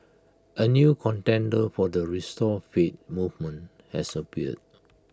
A new contender for the restore faith movement has appeared